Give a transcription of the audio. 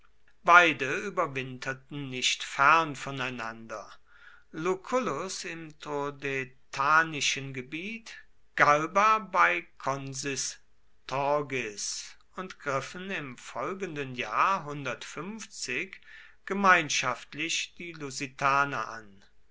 beide überwinterten nicht fern voneinander lucullus im turdetanischen gebiet galba bei conistorgis und griffen im folgenden jahr gemeinschaftlich die lusitaner an